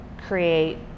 create